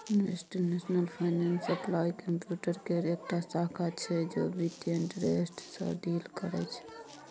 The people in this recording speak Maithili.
कंप्युटेशनल फाइनेंस अप्लाइड कंप्यूटर केर एकटा शाखा छै जे बित्तीय इंटरेस्ट सँ डील करय छै